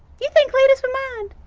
do you think cletus would mind.